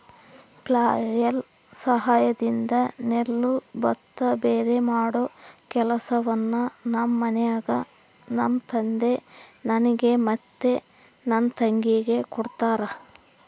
flail ಸಹಾಯದಿಂದ ನೆಲ್ಲು ಭತ್ತ ಭೇರೆಮಾಡೊ ಕೆಲಸವನ್ನ ನಮ್ಮ ಮನೆಗ ನಮ್ಮ ತಂದೆ ನನಗೆ ಮತ್ತೆ ನನ್ನ ತಂಗಿಗೆ ಕೊಡ್ತಾರಾ